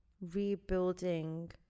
rebuilding